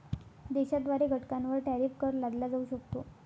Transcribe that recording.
देशाद्वारे घटकांवर टॅरिफ कर लादला जाऊ शकतो